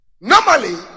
Normally